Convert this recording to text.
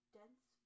dense